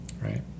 right